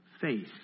faith